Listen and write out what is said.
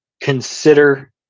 consider